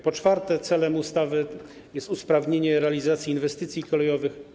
Po czwarte, celem ustawy jest usprawnienie realizacji inwestycji kolejowych.